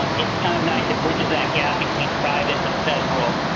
um it's kind of nice, it bridges that gap between private to federal.